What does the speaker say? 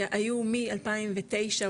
היו מ-2009,